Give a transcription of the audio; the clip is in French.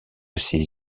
ces